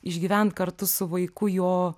išgyvent kartu su vaiku jo